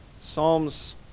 Psalms